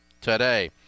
today